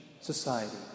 society